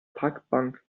parkbank